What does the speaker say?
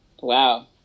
Wow